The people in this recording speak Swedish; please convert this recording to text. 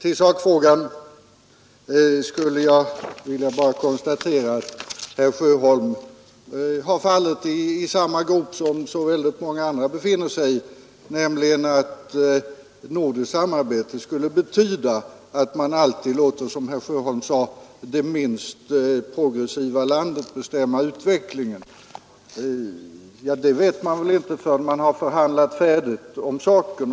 I sak vill jag bara konstatera att herr Sjöholm har fallit i samma grop som så många andra befinner sig i, nämligen att det nordiska samarbetet skulle betyda att man alltid låter, som herr Sjöholm sade, det minst progressiva landet bestämma utvecklingen. Det vet man väl inte förrän man har förhandlat färdigt om saken.